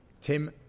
Tim